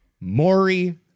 Maury